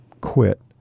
quit